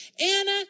Anna